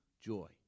joy